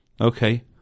okay